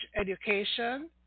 education